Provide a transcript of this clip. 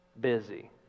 Busy